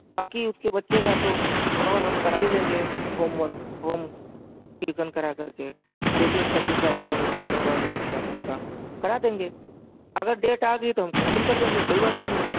باقی اس کے بچے کا تو کور ہم کرا ہی لیں گے ہوم ورک ہوم ٹیوشن کرا کر کے جو بھی اس کا تین چار دن کا نقصان ہوگا لیسن سب کا کرا دیں گے اگر ڈیٹ آ گئی تو ہم کینسل کر دیں گے کوئی بات نہیں ہے